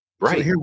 right